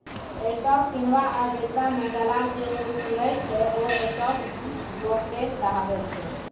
stock किनबा आ बेचबा मे दलाल जे शुल्क लैत छै ओ स्टॉक ब्रोकरेज कहाबैत छै